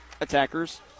attackers